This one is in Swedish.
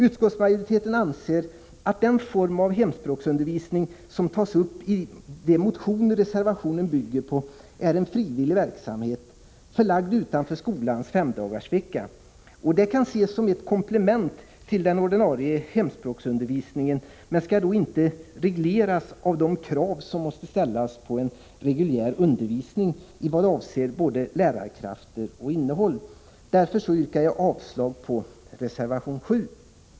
Utskottsmajoriteten anser att den form av hemspråksundervisning som tas upp i de motioner reservationen bygger på är en frivillig verksamhet, förlagd utanför skolans femdagarsvecka. Den kan ses som ett komplement till den ordinarie hemspråksundervisningen och skall inte regleras av de krav som måste ställas på en reguljär undervisning i vad avser både lärarkrafter och innehåll, varför jag yrkar avslag på reservation nr 7.